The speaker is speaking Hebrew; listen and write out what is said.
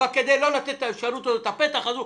אבל כדי לא לתת את האפשרות הזו ואת הפתח הזה,